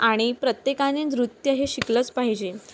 आणि प्रत्येकाने नृत्य हे शिकलंच पाहिजे